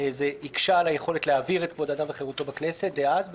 הקשה על היכולת להעביר חוק כבוד האדם וחירותו בכנסת דאז,